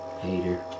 Hater